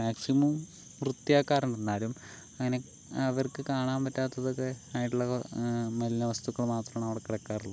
maximum വൃത്തിയാക്കാറുണ്ട് എന്നാലും അതിന് അവർക്ക് കാണാൻ പറ്റാത്തതൊക്കെ ആയിട്ടുള്ള മലിന വസ്തുക്കൾ മാത്രമാണ് അവിടെ കിടക്കാറുള്ളത്